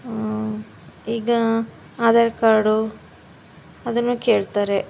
ಈಗ ಆಧಾರ್ ಕಾರ್ಡು ಅದನ್ನು ಕೇಳ್ತಾರೆ